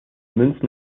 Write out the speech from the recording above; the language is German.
münzen